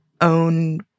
own